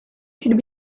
should